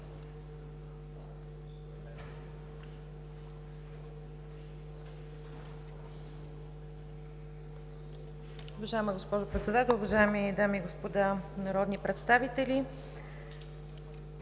Уважаема госпожо Председател, уважаеми дами и господа народни представители!